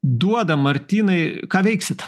duoda martynai ką veiksit